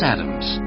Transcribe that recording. Adams